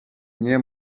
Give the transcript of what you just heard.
nie